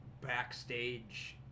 backstage